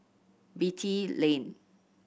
Beatty Lane